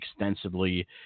extensively